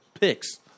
picks